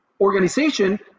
organization